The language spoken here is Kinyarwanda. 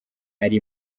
ari